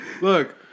Look